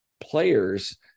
players